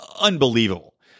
unbelievable